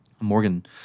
Morgan